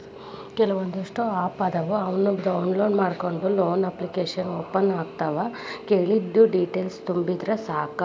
ಒಂದಿಷ್ಟ ಆಪ್ ಅದಾವ ಅವನ್ನ ಡೌನ್ಲೋಡ್ ಮಾಡ್ಕೊಂಡ ಲೋನ ಅಪ್ಲಿಕೇಶನ್ ಓಪನ್ ಆಗತಾವ ಕೇಳಿದ್ದ ಡೇಟೇಲ್ಸ್ ತುಂಬಿದರ ಸಾಕ